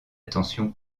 attention